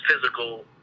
physical